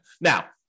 Now